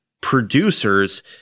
producers